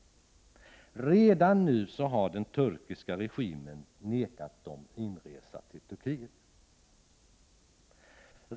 Redan nu har den turkiska regimen nekat dem inresa till Turkiet.